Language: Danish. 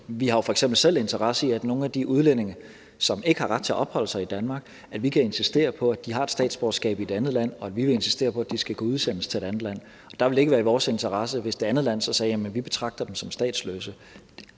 f.eks. selv interesse i i forhold til nogle af de udlændinge, som ikke har ret til at opholde sig i Danmark, at vi kan insistere på, at de har et statsborgerskab i et andet land, og vi vil insistere på, at de skal kunne udsendes til et andet land. Og der ville det ikke være i vores interesse, hvis det andet land så sagde: Jamen vi betragter dem som statsløse.